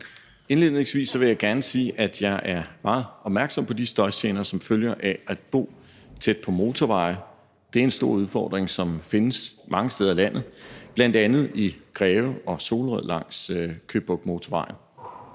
Indledningsvis vil jeg gerne sige, at jeg er meget opmærksom på de støjgener, som følger af at bo tæt på motorveje. Det er en stor udfordring, som findes mange steder i landet, bl.a. i Greve og Solrød langs Køge Bugt Motorvejen,